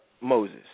Moses